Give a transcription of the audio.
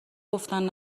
گفتن